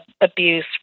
abuse